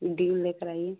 due लेकर आइए